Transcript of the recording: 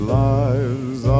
lives